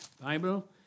Bible